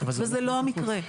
וזה לא המקרה.